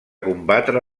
combatre